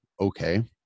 okay